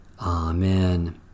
Amen